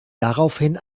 daraufhin